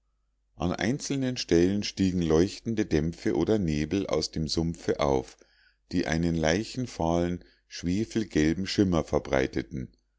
an einzelnen stellen stiegen leuchtende dämpfe oder nebel aus dem sumpfe auf die einen leichenfahlen schwefelgelben schimmer verbreiteten